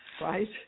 right